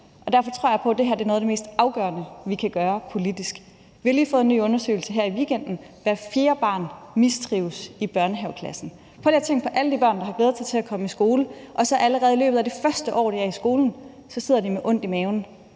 Derfor tror jeg på, at det her er noget af det mest afgørende, vi kan gøre politisk. Vi har lige fået en ny undersøgelse her i weekenden, hvoraf det fremgår, at hvert fjerde barn mistrives i børnehaveklassen. Prøv lige at tænke på alle de børn, der har glædet sig til at komme i skole, og så allerede i løbet af det første år i skolen sidder de med ondt i maven